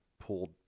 pulled